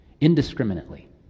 indiscriminately